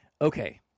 Okay